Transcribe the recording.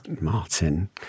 Martin